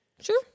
Sure